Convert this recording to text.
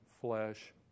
flesh